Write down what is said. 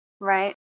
Right